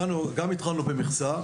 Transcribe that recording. גם התחלנו במכסה